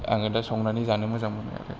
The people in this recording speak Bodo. आङो दा संनानै जानो मोजां मोनो